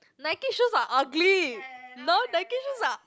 Nike shoes are ugly no Nike shoes are